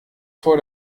vor